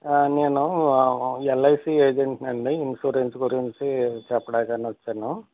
నేను ఎల్ఐసి ఏజెంట్ని అండి ఇన్సూరెన్స్ గురించి చెప్పడానికి అని వచ్చాను